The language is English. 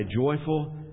joyful